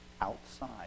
outside